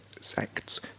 sects